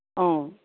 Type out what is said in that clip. অঁ